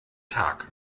tag